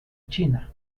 china